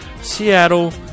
Seattle